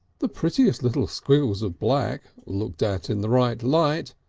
the prettiest little squiggles of black looked at in the right light,